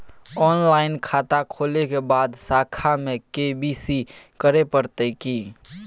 Online खाता खोलै के बाद शाखा में के.वाई.सी करे परतै की?